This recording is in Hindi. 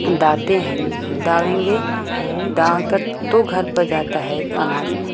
दाते हैं दावेंगे दाव कर तो घर पर जाता है अनाज